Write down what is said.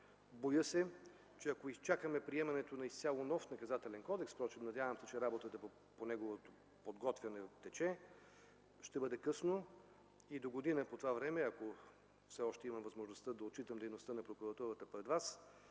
Боя се, че ако изчакаме приемането на изцяло нов Наказателен кодекс, надявам се, че работата по неговото подготвяне тече, ще бъде късно и догодина по това време, ако все още имам възможността да отчитам дейността на прокуратурата пред вас,